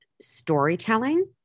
storytelling